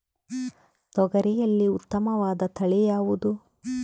ತೊಗರಿಯಲ್ಲಿ ಉತ್ತಮವಾದ ತಳಿ ಯಾವುದು?